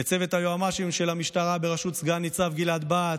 לצוות היועמ"שים של המשטרה בראשות סגן ניצב גלעד בהט,